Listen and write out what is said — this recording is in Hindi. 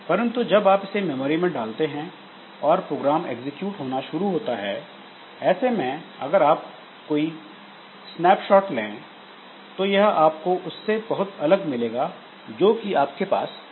परंतु जब आप इसे मेमोरी में डालते हैं और प्रोग्राम एक्सीक्यूट होना शुरू होता है ऐसे में अगर आप कोई स्नैपशॉट लें तो यह आपको उससे बहुत अलग मिलेगा जो कि आपके पास डिस्क में था